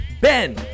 Ben